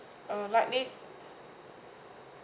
I'll likely